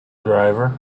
driver